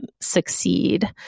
succeed